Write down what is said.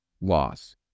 loss